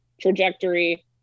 trajectory